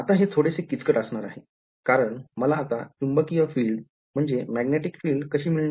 आता हे थोडेसे किचकट असणार आहे कारण मला आता चुंबकीय फील्ड कशी मिळणार